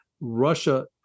Russia